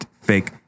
fake